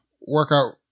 workout